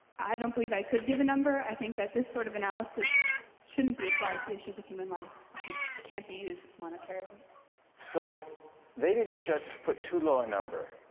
i don't believe i could give a number i think that this sort of analysis shouldn't be applied to issues of human life. i think it can't be used monetarily so they didn't just put to low a number,